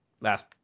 last